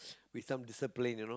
with some discipline you know